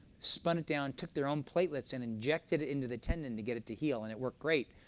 spun it down, took their own platelets, and injected it into the tendon to get it to heal, and it worked great.